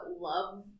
love